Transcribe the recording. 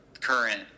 current